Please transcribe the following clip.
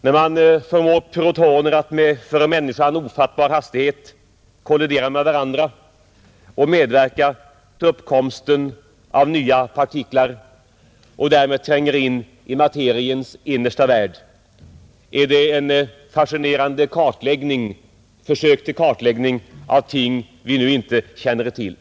När man förmår protoner att med för människan ofattbar hastighet kollidera med varandra och medverka till uppkomsten av nya partiklar och därmed tränger in i materiens innersta värld är det ett fascinerande försök till kartläggning av ting vi nu inte känner till.